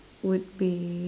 would be